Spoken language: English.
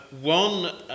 One